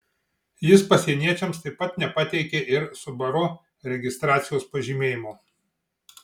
jis pasieniečiams taip pat nepateikė ir subaru registracijos pažymėjimo